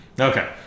Okay